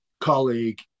colleague